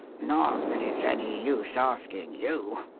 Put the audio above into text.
not that it's any use asking you.